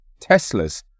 Teslas